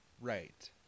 Right